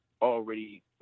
already